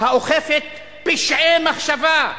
האוכפת פשעי מחשבה.